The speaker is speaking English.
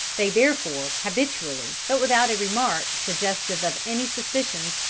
they therefore habitually, but without a remark suggestive of any suspicions,